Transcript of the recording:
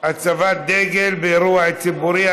(הצבת דגל באירוע ציבורי),